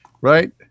right